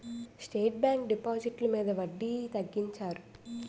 state bank డిపాజిట్లు మీద వడ్డీ తగ్గించారు